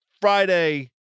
Friday